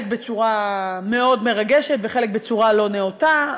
חלק בצורה מאוד מרגשת וחלק בצורה לא נאותה,